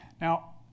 Now